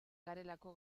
garelako